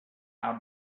out